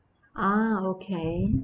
ah okay